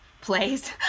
plays